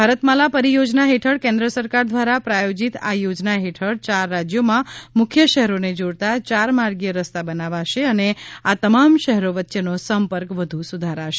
ભારતમાલા પરિયોજના હેઠળ કેન્દ્ર સરકાર દ્વારા પ્રાયોજીત આ યોજના હેઠળ ચાર રાજ્યોનાં મુખ્ય શહેરોને જોડતા ચારમાર્ગી રસ્તા બનાવાશે અને આ તમામ શહેરો વચ્ચેનો સંપર્ક વધુ સુધારાશે